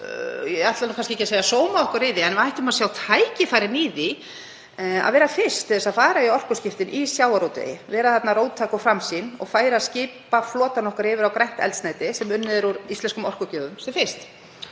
ég ætla nú kannski ekki að segja sóma okkur í því en við ættum að sjá tækifærin í því að vera fyrst til að fara í orkuskipti í sjávarútvegi, vera þarna róttæk og framsýn og færa skipaflotann okkar sem fyrst yfir á grænt eldsneyti sem unnið er úr íslenskum orkugjöfum.